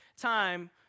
time